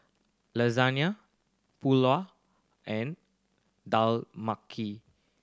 Lasagna Pulao and Dal